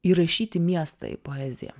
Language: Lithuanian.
įrašyti miestą į poeziją